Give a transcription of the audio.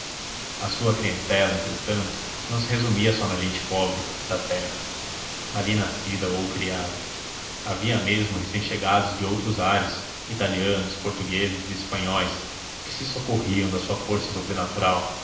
a sua clientela entretanto não se resumia só na gente pobre da terra ali nascida ou criada havia mesmo recém chegados de outros ares italianos portugueses e espanhóis que se socorriam da sua força sobrenatural